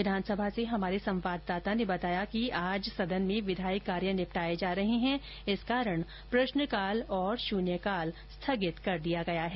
विधानसभा से हमारे संवाददाता ने बताया कि आज सदन में विधायी कार्य निपटाए जा रहे हैं इस कारण प्रश्नकाल और शून्यकाल को स्थगित कर दिया गया है